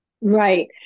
Right